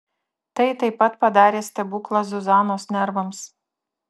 tai taip pat padarė stebuklą zuzanos nervams